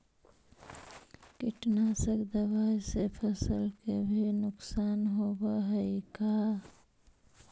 कीटनाशक दबाइ से फसल के भी नुकसान होब हई का?